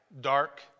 dark